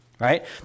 right